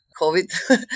COVID